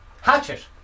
Hatchet